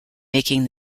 making